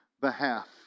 behalf